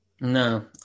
No